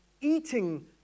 eating